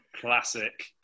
Classic